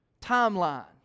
timeline